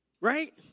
Right